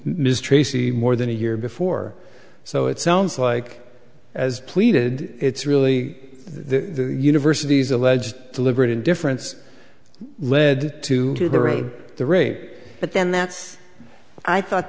missed tracy more than a year before so it sounds like as pleaded it's really the university's alleged deliberate indifference led to to the rate the rate but then that's i thought